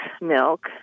milk